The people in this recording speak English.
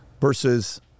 versus